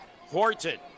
Horton